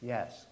Yes